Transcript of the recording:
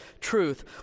truth